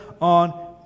on